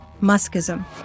muskism